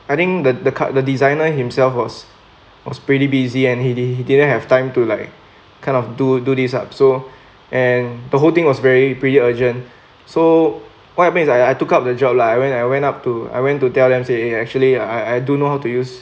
I think the the card the designer himself was was pretty busy and he didn't he didn't have time to like kind of do do this up so and the whole thing was very pretty urgent so what happen is I I took up the job lah when I went up to I went to tell them say eh actually I I do know how to use